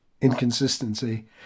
inconsistency